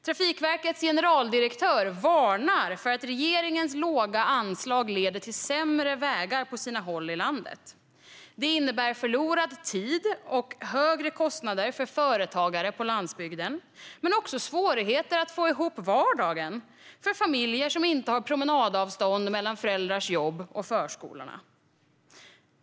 Trafikverkets generaldirektör varnar för att regeringens låga anslag leder till sämre vägar på sina håll i landet. Det innebär förlorad tid och högre kostnader för företagare på landsbygden men också svårigheter att få ihop vardagen för familjer som inte har promenadavstånd mellan föräldrarnas jobb och barnens förskolor.